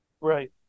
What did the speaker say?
Right